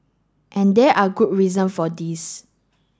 and there are good reason for this